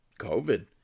COVID